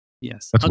Yes